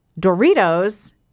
Doritos